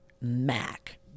Mac